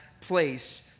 place